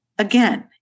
Again